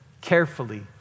carefully